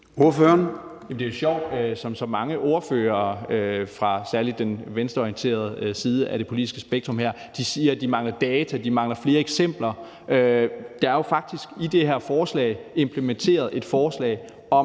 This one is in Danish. det er jo sjovt, som så mange ordførere fra særlig den venstreorienterede side af det politiske spektrum her siger, at de mangler data, at de mangler flere eksempler. Der er jo faktisk i det her forslag implementeret et forslag om,